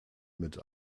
mit